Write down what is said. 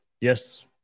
Yes